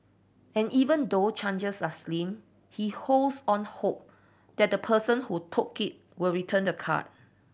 and even though are slim he holds out hope that the person who took it will return the card